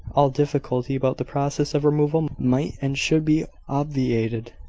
all difficulty about the process of removal might and should be obviated.